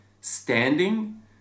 standing